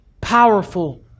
powerful